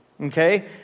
okay